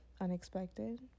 unexpected